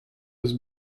eus